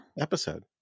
episode